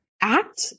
act